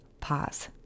Pause